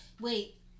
Wait